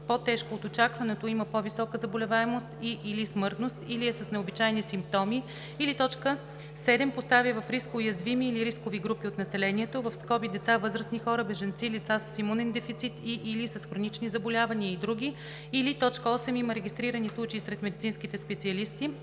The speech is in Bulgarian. по-тежко от очакваното, има по-висока заболеваемост и/или смъртност или е с необичайни симптоми, или 7. поставя в риск уязвими или рискови групи от населението (деца, възрастни хора, бежанци, лица с имунен дефицит и/или с хронични заболявания и други), или 8. има регистрирани случаи сред медицински специалисти.